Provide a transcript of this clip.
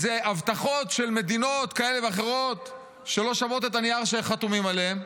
איזה הבטחות של מדינות כאלה ואחרות שלא שוות את הנייר שהן חתומות עליו.